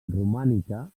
romànica